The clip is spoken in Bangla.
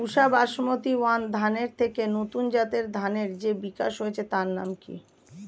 পুসা বাসমতি ওয়ান ধানের থেকে নতুন জাতের ধানের যে বিকাশ হয়েছে তার নাম কি?